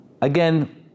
Again